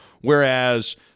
whereas